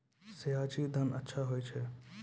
सयाजी धान अच्छा होय छै?